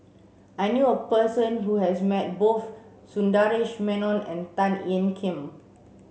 I knew a person who has met both Sundaresh Menon and Tan Ean Kiam